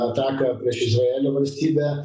ataką prieš izraelio valstybę